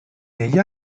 negli